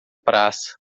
praça